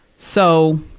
so,